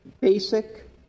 basic